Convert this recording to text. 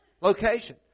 location